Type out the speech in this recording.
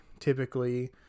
Typically